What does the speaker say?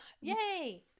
Yay